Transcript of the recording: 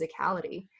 physicality